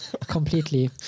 completely